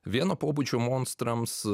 vieno pobūdžio monstrams